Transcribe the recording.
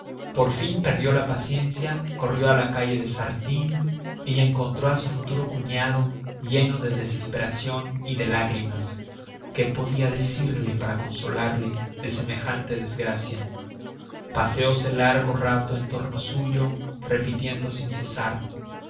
por fin perdió la paciencia corrió a la calle de sartine y encontró a su futuro cuñado lleno de desesperación y de lágrimas qué podía decirle para consolarle de semejante desgracia paseose largo rato en torno suyo repitiendo sin cesar